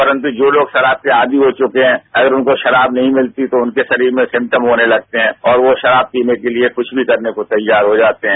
परन्तु जो लोग शराब के आदि हो चुके हैं अगर उनको शराब नहीं मिलती तो उनके शरीर में सिमटम होने लगते हैं और वो शराब पीने के लिये कुछ भी करने को तैयार हो जाते हैं